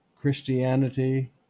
Christianity